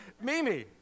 Mimi